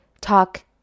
talk